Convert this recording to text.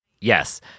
Yes